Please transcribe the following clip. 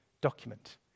document